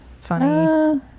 funny